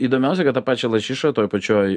įdomiausia kad tą pačią lašišą toj pačioj